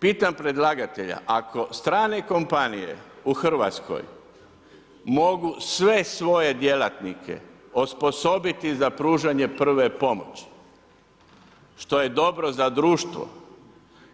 Pitam predlagatelja, ako strane kompanije u Hrvatskoj mogu sve svoje djelatnike osposobiti za pružanje prve pomoći, što je dobro za društvo,